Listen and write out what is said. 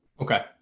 Okay